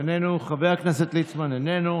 איננו, חבר הכנסת ליצמן, איננו.